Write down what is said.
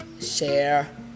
share